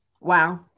wow